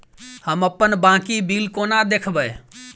हम अप्पन बाकी बिल कोना देखबै?